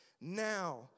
Now